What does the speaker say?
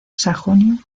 sajonia